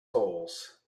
holes